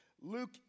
Luke